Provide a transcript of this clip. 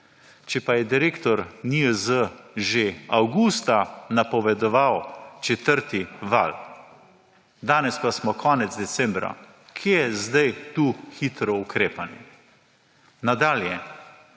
Če pa je direktor NIJZ že avgusta napovedoval četrti val, danes pa smo konec decembra, kje je zdaj tu hitro ukrepanje? Nadalje,